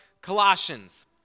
Colossians